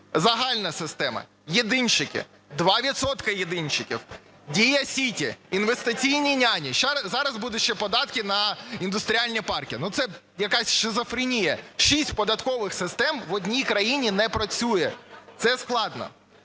загальна система, єдинщики, 2 відсотки єдинщиків, "Дія Сіті", "інвестиційні няні", зараз будуть ще податки на індустріальні парки, це якась шизофренія. Шість податкових систем в одній країні не працює, це складно.